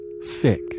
sick